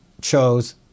chose